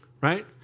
right